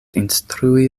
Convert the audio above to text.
instrui